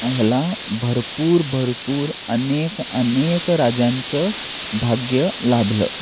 ह्याला भरपूर भरपूर अनेक अनेक राजांचं भाग्य लाभलं